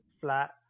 flat